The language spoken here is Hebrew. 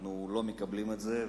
אנחנו לא מקבלים את זה,